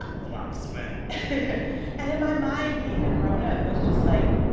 ah flop sweat and in my mind, being a grown-up was just, like,